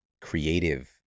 creative